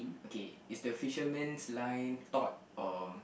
okay if the fisherman line thought of